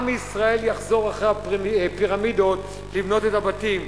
עם ישראל יחזור אחרי הפירמידות לבנות את הבתים.